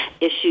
issues